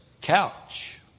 couch